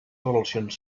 relacions